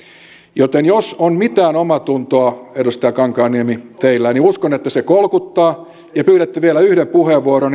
joten jos on mitään omaatuntoa teillä edustaja kankaanniemi niin uskon että se kolkuttaa ja pyydätte vielä yhden puheenvuoron